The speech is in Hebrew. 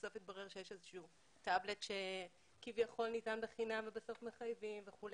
בסוף התברר שיש איזשהו טאבלט שכביכול ניתן בחינם ובסוף מחייבים וכו',